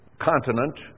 continent